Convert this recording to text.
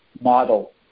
model